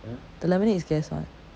the lemonade is gas [what]